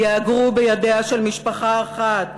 ייאגרו בידיה של משפחה אחת,